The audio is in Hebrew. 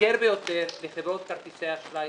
המאתגר ביותר לחברות כרטיסי האשראי